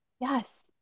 Yes